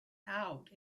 out